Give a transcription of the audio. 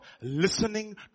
listening